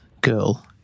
girl